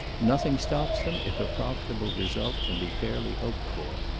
nothing stops them if a profitable result can be fairly hoped for.